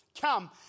Come